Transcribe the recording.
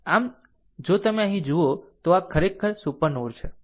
આમ જો તમે અહીં જુઓ તો આ ખરેખર સુપર નોડ છે